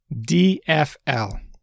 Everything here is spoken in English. DFL